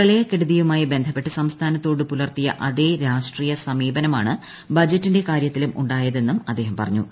പ്രളയക്കെടുതിയുമായി ബന്ധപ്പെട്ട് സംസ്ഥാനത്തോട് പുലർത്തിയ അതേ രാഷ്ട്രീയ സമീപനമാണ് ബജറ്റിന്റെ കാരൃത്തിലും ഉണ്ടായതെന്നും അദ്ദേഹം പറഞ്ഞു